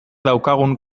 daukagun